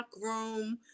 room